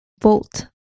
Volt